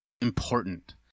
important